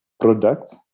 products